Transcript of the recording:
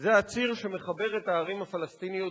זה הציר שמחבר את הערים הפלסטיניות בגדה,